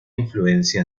influencia